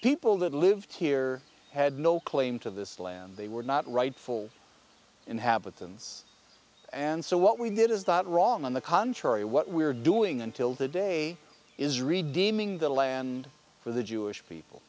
people that lived here had no claim to this land they were not rightful inhabitants and so what we did is not wrong on the contrary what we're doing until today is redeeming the land for the jewish people